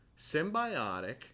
Symbiotic